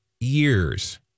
years